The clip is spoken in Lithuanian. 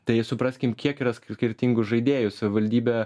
tai supraskim kiek yra skirtingų žaidėjų savivaldybė